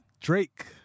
Drake